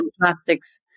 plastics